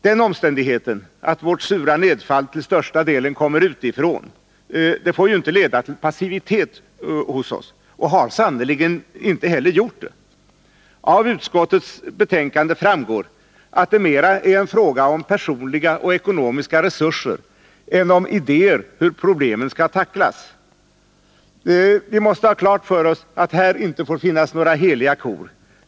Den omständigheten att vårt sura nedfall till största delen kommer utifrån får inte leda till passivitet hos oss — och har sannerligen inte heller gjort det. Avutskottets betänkande framgår att det mera är en fråga om personliga och ekonomiska resurser än om idéer till hur problemen skall tacklas. Vi måste ha klart för oss att det här inte får finnas några heliga kor.